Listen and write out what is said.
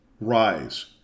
rise